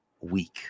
week